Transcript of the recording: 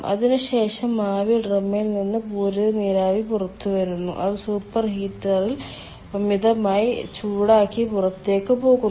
അതിനു ശേഷം ആവി ഡ്രമ്മിൽ നിന്ന് പൂരിത നീരാവി പുറത്തുവരുന്നു അത് സൂപ്പർഹീറ്ററിൽ അമിതമായി ചൂടാക്കി പുറത്തേക്ക് പോകുന്നു